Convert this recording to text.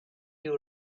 you